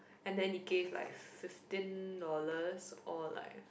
and then it gave like fifteen dollars or like